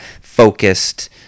focused